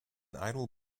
idle